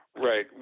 Right